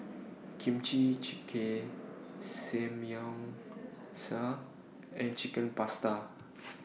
Kimchi Jjigae Samgyeopsal and Chicken Pasta